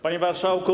Panie Marszałku!